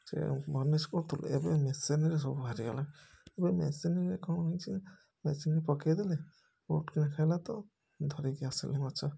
ସେ ବନିଁଶ୍ କରୁଥିଲୁ ଏବେ ମେସିନ୍ରେ ସବୁ ବାହାରି ଗଲା ଏବେ ମେସିନ୍ରେ କ'ଣ ହେଇଛି ମେସିନ୍ ପକେଇ ଦେଲେ ଧରିକି ଆସିଲେ ମାଛ